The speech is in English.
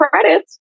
credits